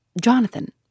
Jonathan